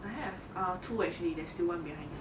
I have two actually there's still one behind you